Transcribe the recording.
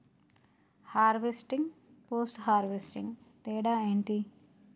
Harvesting, post harvesting తేడా ఏంటి?